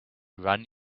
run